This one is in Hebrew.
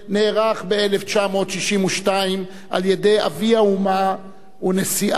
על-ידי אבי האומה ונשיאה הראשון של חוף-השנהב,